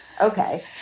Okay